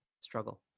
struggle